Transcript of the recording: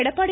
Edappadi